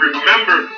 remember